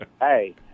Hey